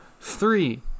Three